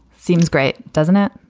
seems great, doesn't it?